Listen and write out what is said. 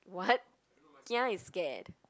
what kia is scared